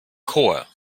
chor